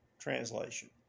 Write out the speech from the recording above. translation